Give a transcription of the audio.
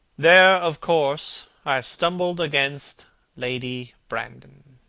there, of course, i stumbled against lady brandon.